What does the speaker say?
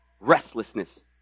restlessness